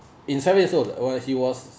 in seven years old oh he was